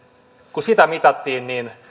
kun sitä mitattiin niin